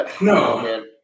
No